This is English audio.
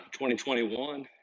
2021